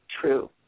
true